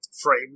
frame